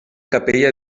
capella